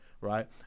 Right